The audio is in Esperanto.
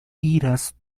iras